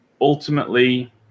ultimately